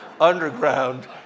underground